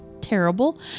terrible